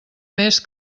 més